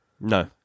No